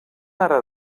ara